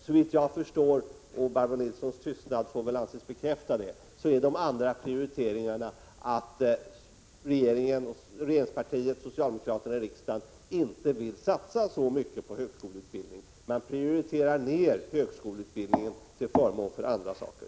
Såvitt jag förstår — och Barbro Nilssons tystnad får anses bekräfta detta — vill socialdemokraterna i riksdagen inte satsa så mycket på högskoleutbildningen. Man prioriterar ned högskoleutbildningen till förmån för andra saker.